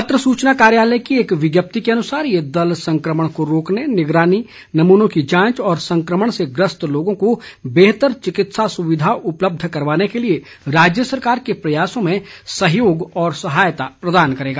पत्र सूचना कार्यालय की एक विज्ञप्ति के अनुसार ये दल संक्रमण को रोकने निगरानी नमूनों की जांच और संक्रमण से ग्रस्त लोगों को बेहतर चिकित्सा सुविधा उपलब्ध कराने के लिए राज्य सरकार के प्रयासों में सहयोग और सहायता प्रदान करेगा